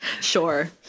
Sure